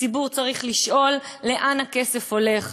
הציבור צריך לשאול לאן הכסף הולך.